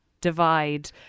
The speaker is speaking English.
divide